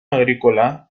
agrícola